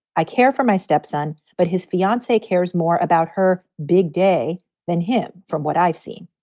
i care for my stepson, but his fiancee cares more about her big day than him. from what i've seen,